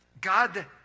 God